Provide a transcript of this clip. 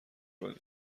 کنی